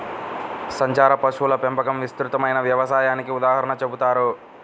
సంచార పశువుల పెంపకం విస్తృతమైన వ్యవసాయానికి ఉదాహరణగా చెబుతారు